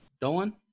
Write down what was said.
Dolan